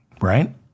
Right